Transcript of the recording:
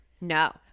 no